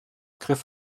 griff